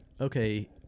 Okay